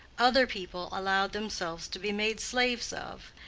other people allowed themselves to be made slaves of,